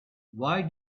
why